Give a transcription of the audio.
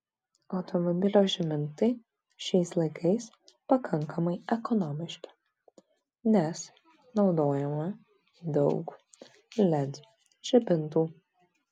automobilio žibintai šiais laikais pakankamai ekonomiški nes naudojama daug led žibintų